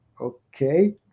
okay